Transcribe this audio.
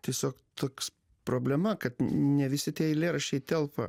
tiesiog toks problema kad ne visi tie eilėraščiai telpa